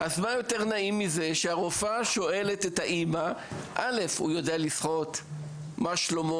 אז מה יותר נעים מזה שהרופא שואל את האימא אם הילד יודע לשחות וכו'.